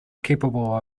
capable